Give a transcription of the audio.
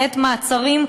בעת מעצרים,